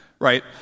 right